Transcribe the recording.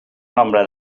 nombre